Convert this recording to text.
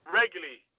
regularly